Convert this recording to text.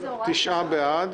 הצבעה בעד